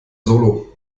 solo